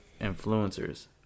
influencers